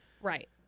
Right